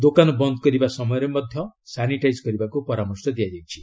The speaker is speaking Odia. ଦୋକାନ ବନ୍ଦ୍ କରିବା ସମୟରେ ମଧ୍ୟ ସାନିଟାଇଜ୍ କରିବାକୁ ପରାମର୍ଶ ଦିଆଯାଇଛି